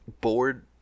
bored